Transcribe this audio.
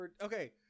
Okay